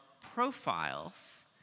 profiles